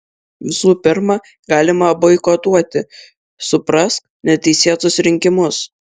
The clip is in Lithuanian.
visų pirma galima boikotuoti suprask neteisėtus rinkimus